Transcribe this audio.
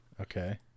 Okay